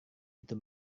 itu